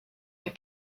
der